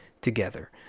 together